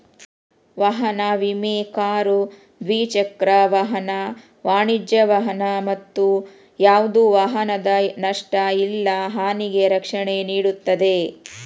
ವಾಹನ ವಿಮೆ ಕಾರು ದ್ವಿಚಕ್ರ ವಾಹನ ವಾಣಿಜ್ಯ ವಾಹನ ಮತ್ತ ಯಾವ್ದ ವಾಹನದ ನಷ್ಟ ಇಲ್ಲಾ ಹಾನಿಗೆ ರಕ್ಷಣೆ ನೇಡುತ್ತದೆ